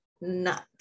nuts